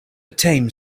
tame